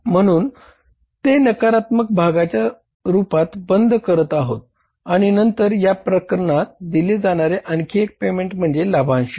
म्हणून आपण ते नकारात्मक भागाच्या रुपात बंद करत आहोत आणि नंतर या प्रकरणात दिले जाणारे आणखी एक पेमेंट म्हणजे लाभांश